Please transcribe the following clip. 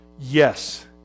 yes